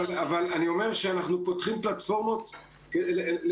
אבל אני אומר שאנחנו פותחים פלטפורמות לפעילות,